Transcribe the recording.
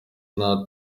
nta